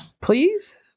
please